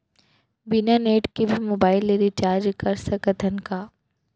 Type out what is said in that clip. बिना नेट के भी मोबाइल ले रिचार्ज कर सकत हन का?